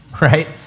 Right